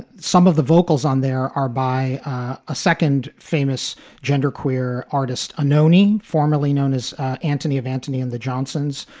some of the vocals on there are by a second famous genderqueer artist, arnone, formerly known as antony of antony and the johnsons.